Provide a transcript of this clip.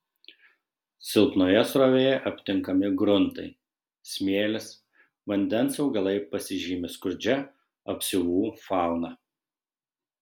silpnoje srovėje aptinkami gruntai smėlis vandens augalai pasižymi skurdžia apsiuvų fauna